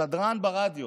שדרן ברדיו.